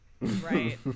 Right